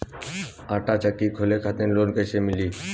आटा चक्की खोले खातिर लोन कैसे मिली?